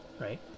right